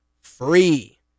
free